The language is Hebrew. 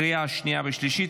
לקריאה שנייה ושלישית.